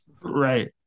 Right